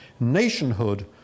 Nationhood